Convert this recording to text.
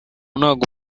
ntago